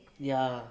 ya